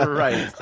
um right.